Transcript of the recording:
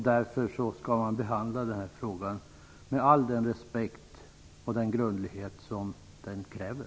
Därför skall man behandla den här frågan med all den respekt och grundlighet som den kräver.